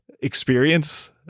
experience